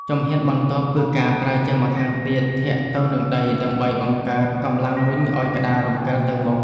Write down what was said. ជំហានបន្ទាប់ គឺការប្រើជើងម្ខាងទៀតធាក់ទៅនឹងដីដើម្បីបង្កើតកម្លាំងរុញឱ្យក្ដាររំកិលទៅមុខ។